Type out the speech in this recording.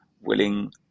willing